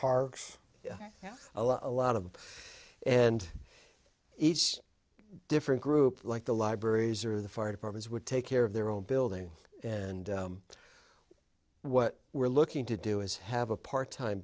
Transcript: have a lot of and each different group like the libraries or the fire departments would take care of their own building and what we're looking to do is have a part time